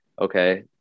okay